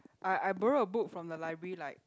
I I borrow a book from the library like